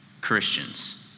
Christians